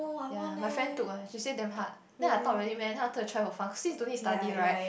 ya my friend took eh she said damn hard then I thought really meh then I wanted to try for fun cause this don't need study right